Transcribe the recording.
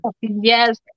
yes